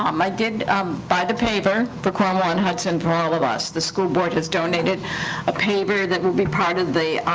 um i did um buy the paver for cornwall-on-hudson for all of us. the school board has donated a paver that will be part of the